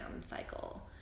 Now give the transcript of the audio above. cycle